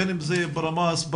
בין אם זה ברמה ההסברתית,